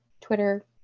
Twitter